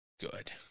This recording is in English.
Good